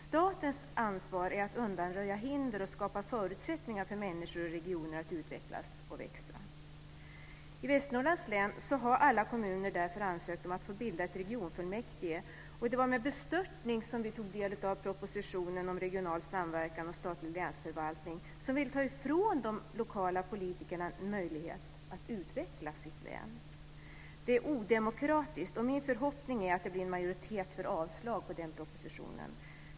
Statens ansvar är att undanröja hinder och skapa förutsättningar för människor och regioner att utvecklas och växa. I Västernorrlands län har alla kommuner därför ansökt om att få bilda ett regionfullmäktige, och det var med bestörtning som vi tog del av propositionen om regional samverkan och statlig länsförvaltning som vill ta ifrån de lokala politikerna möjligheten att utveckla sitt län. Det är odemokratiskt, och min förhoppning är att det blir en majoritet för avslag på den propositionen.